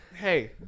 Hey